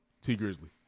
T-Grizzly